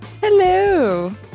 Hello